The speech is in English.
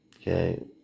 Okay